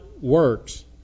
works